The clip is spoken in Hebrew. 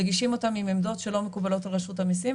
מגישים אותם עם עמדות שלא מקובלות על רשות המיסים,